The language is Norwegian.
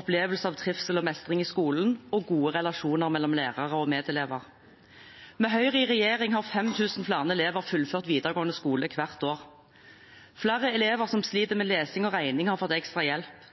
opplevelse av trivsel og mestring i skolen og gode relasjoner mellom lærere og medelever. Med Høyre i regjering har 5 000 flere elever fullført videregående skole hvert år. Flere elever som sliter med lesing og regning, har fått ekstra hjelp.